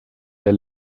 der